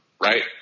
right